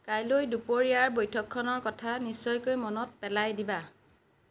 কাইলৈ দুপৰীয়াৰ বৈঠকখনৰ কথা নিশ্চয়কৈ মনত পেলাই দিবা